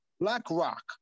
BlackRock